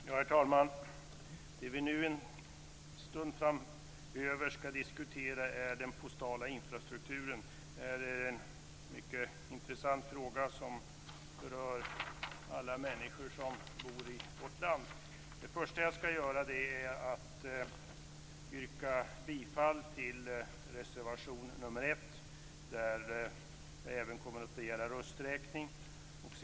Herr talman! Det vi nu skall diskutera en stund framöver är den postala infrastrukturen. Det är en mycket intressant fråga, som rör alla människor som bor i vårt land. Det första jag skall göra är att yrka bifall till reservation nr 1, där jag även kommer att begära rösträkning.